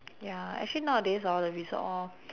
ya actually nowadays hor the resort all